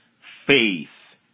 faith